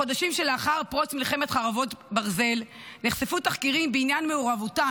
בחודשים שלאחר פרוץ מלחמת חרבות ברזל נחשפו תחקירים בעניין מעורבותם